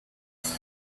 sheep